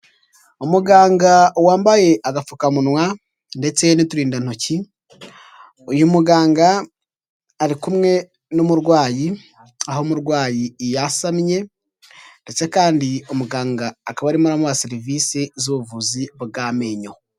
Umuganga wambaye agapfukamunwa ndetse n'uturindantoki, uyu muganga ari kumwe n'umurwayi, aho umurwayi yasamye ndetse kandi umuganga akaba arimo aramuha serivise z'ubuvuzi bw'amenyo.